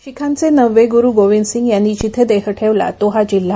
शीखांचे नववे गुरू गोविंद सिंग यांनी जिथे देह ठेवला तो हा जिल्हा